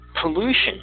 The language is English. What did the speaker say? Pollution